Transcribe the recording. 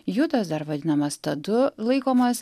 judas dar vadinamas tadu laikomas